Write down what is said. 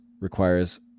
requires